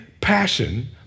passion